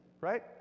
right